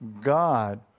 God